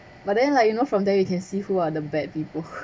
but then like you know from there you can see who are the bad people